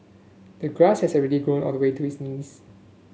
the grass had already grown all the way to his knees